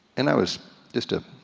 and i was just a,